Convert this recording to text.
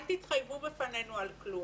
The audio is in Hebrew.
אל תתחייבו בפנינו על כלום,